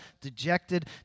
dejected